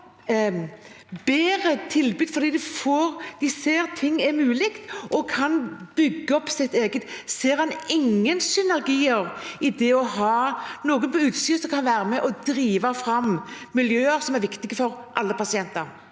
de ser at ting er mulig og kan bygge opp sitt eget tilbud? Ser hun ingen synergier i å ha noen på utsiden som kan være med på å drive fram miljøer som er viktige for alle pasienter?